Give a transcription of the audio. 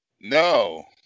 No